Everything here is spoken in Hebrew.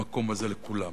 במקום הזה, לכולם.